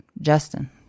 Justin